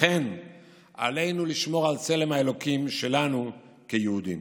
לכן עלינו לשמור על צלם האלוקים שלנו כיהודים.